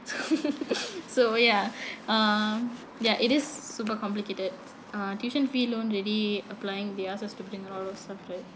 so so ya um ya it is super complicated uh tuition fee loan when we applying they ask us to bring a lot of stuff right